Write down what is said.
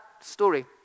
story